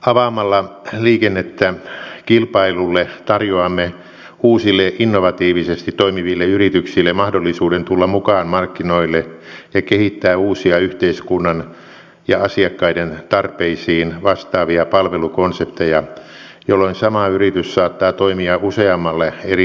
avaamalla liikennettä kilpailulle tarjoamme uusille innovatiivisesti toimiville yrityksille mahdollisuuden tulla mukaan markkinoille ja kehittää uusia yhteiskunnan ja asiakkaiden tarpeisiin vastaavia palvelukonsepteja jolloin sama yritys saattaa toimia useammalla eri liikennealalla